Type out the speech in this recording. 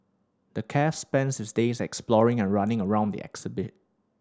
the calf spends his days exploring and running around the exhibit